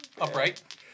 upright